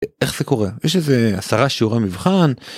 איך זה קורה? יש איזה עשרה שיעורי מבחן...